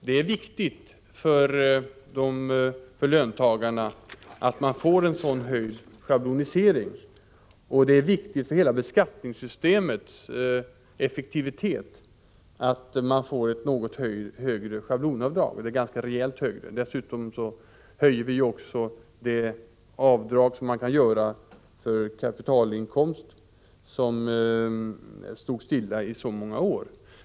Det är viktigt att löntagarna får en sådan höjd schablonisering, och det är viktigt för hela skattesystemets effektivitet att man får ett ordentligt högt schablonavdrag. Dessutom har vi höjt det avdrag man kan göra för kapitalinkomster. Det har stått stilla i många år.